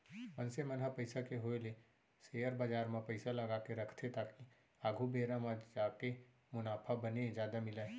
मनसे मन ह पइसा के होय ले सेयर बजार म पइसा लगाके रखथे ताकि आघु बेरा म जाके मुनाफा बने जादा मिलय